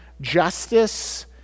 Justice